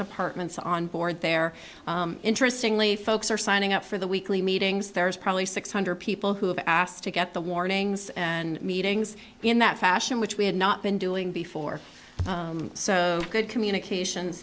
departments on board they're interesting lee folks are signing up for the weekly meetings there's probably six hundred people who have asked to get the warnings and meetings in that fashion which we had not been doing before so good communication